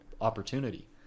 opportunity